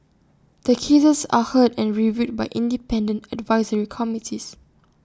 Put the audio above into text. the cases are heard and reviewed by independent advisory committees